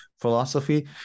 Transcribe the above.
philosophy